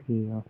चलो।